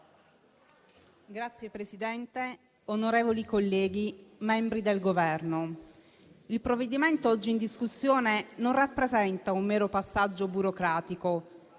Signor Presidente, onorevoli colleghi, membri del Governo, il provvedimento oggi in discussione non rappresenta un mero passaggio burocratico.